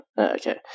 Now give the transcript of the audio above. Okay